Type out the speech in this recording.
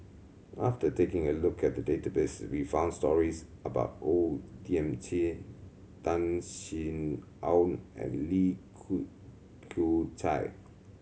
after taking a look at the database we found stories about O Thiam Chin Tan Sin Aun and Li Kew Kew Chai